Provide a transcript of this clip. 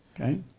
okay